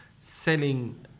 selling